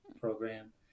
program